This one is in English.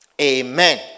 Amen